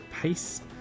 pace